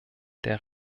der